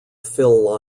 phil